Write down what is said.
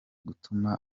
gutuma